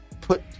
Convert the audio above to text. put